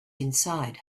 inside